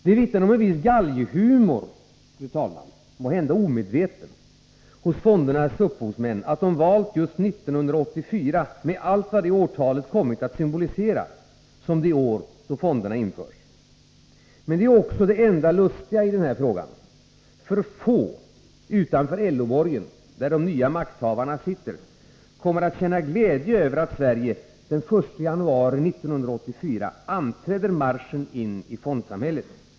Det vittnar om en viss galghumor — måhända omedveten — hos fondernas upphovsmän, att de valt just 1984, med allt vad det årtalet kommit att symbolisera, som det år då fonderna skall införas. Men det är också det enda lustiga i denna fråga. Få utanför LO-borgen, där de nya makthavarna sitter, kommer att känna glädje över att Sverige den 1 januari 1984 anträder marschen in i fondsamhället.